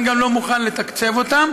ולכן הוא גם לא מוכן לתקצב אותן,